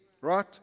right